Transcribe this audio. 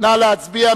נא להצביע.